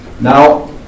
Now